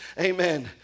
amen